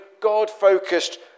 God-focused